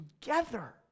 together